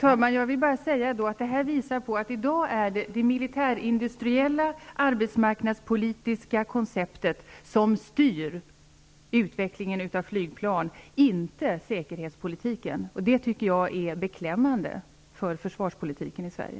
Fru talman! Det här visar att det i dag är det militärindustriella, arbetsmarknadspolitiska konceptet som styr utvecklingen av flygplan, inte säkerhetspolitiken. Det är beklämmande för försvarspolitiken i Sverige.